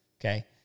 Okay